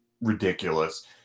ridiculous